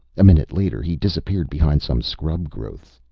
a minute later, he disappeared behind some scrub growths.